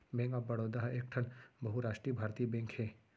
bank of Baroda ह एकठन बहुरास्टीय भारतीय बेंक हे